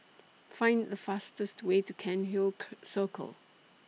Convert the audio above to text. Find The fastest Way to Cairnhill Circle